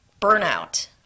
burnout